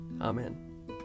Amen